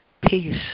peace